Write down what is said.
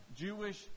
Jewish